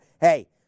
hey